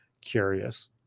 curious